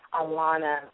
Alana